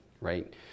right